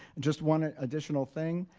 and just one ah additional thing,